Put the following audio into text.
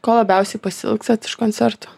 ko labiausiai pasiilgstat iš koncertų